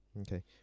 Okay